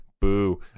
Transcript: Boo